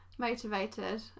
motivated